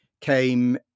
came